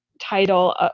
title